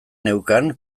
neukan